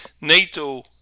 NATO